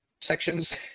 sections